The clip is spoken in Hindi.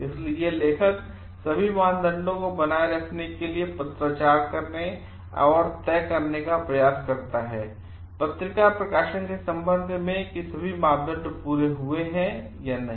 इसलिए ये लेखक सभी मानदंडों की तरह बनाए रखने के लिए पत्राचार करने और तय करने का प्रयास करता है पत्रिका प्रकाशन के संबंध में कि सभी मापदंड पूरे हुए या नहीं